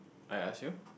I ask you